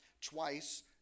Twice